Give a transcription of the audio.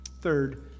third